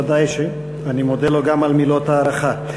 ודאי שאני מודה לו גם על מילות ההערכה.